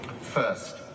First